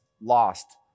lost